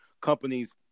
companies